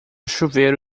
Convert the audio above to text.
chuveiro